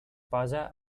posa